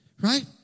Right